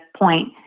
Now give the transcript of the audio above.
point